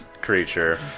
creature